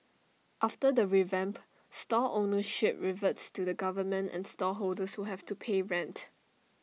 after the revamp stall ownership reverts to the government and stall holders will have to pay rent